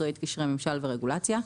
אחראית קשרי ממשל ורגולציה.